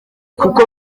kuko